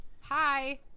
Hi